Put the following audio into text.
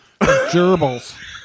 gerbils